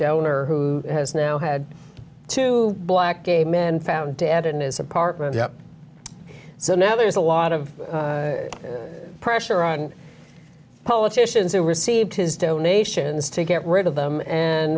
donor who has now had two black gay men found dead in his apartment so now there's a lot of pressure on politicians who received his donations to get rid of them and